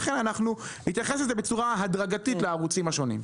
לכן אנחנו נתייחס בצורה הדרגתית לערוצים השונים.